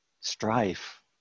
strife